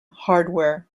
hardware